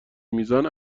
میزان